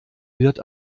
wird